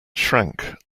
shrank